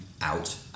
out